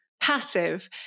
passive